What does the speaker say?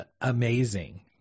amazing